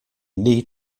need